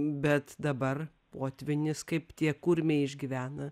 bet dabar potvynis kaip tie kurmiai išgyvena